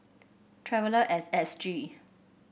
Traveller as S G